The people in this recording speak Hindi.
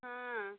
हाँ